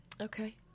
Okay